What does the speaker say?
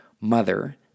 Mother